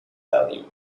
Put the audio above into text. value